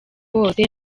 wose